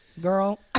girl